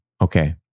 okay